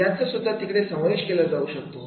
यांचा सुद्धा तिकडे समावेश केला जाऊ शकतो